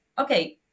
okay